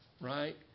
right